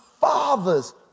father's